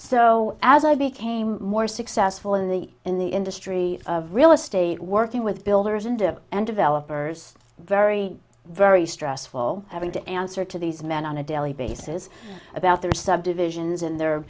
so as i became more successful in the in the industry of real estate working with builders and of and developers very very stressful having to answer to these men on a daily basis about their subdivisions and the